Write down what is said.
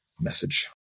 message